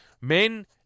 men